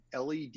LED